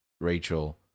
Rachel